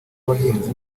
abahinzi